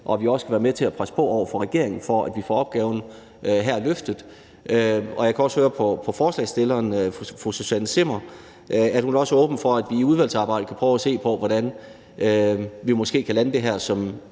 og at vi også kan være med til at presse på over for regeringen, så vi får opgaven her løftet. Jeg kan høre på forslagsstilleren, fru Susanne Zimmer, at hun også er åben over for, at vi i udvalgsarbejdet kan prøve at se på, hvordan vi måske kan lande det her som